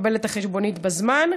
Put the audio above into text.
תקבל את החשבונית בזמן.